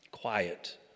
quiet